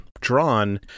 drawn